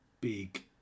big